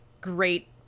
great